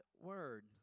word